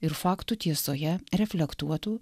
ir faktų tiesoje reflektuotų